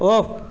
off